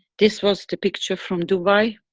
this was the picture from dubai.